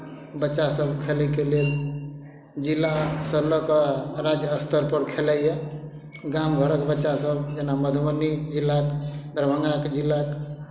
बच्चासभ खेलयके लेल जिलासँ लऽ कऽ राज्य स्तरपर खेलाइए गाम घरक बच्चासभ जेना मधुबनी जिलाक दरभंगा के जिलाक